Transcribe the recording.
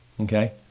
Okay